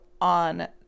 on